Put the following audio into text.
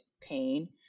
pain